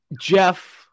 Jeff